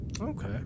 Okay